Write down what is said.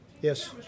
Yes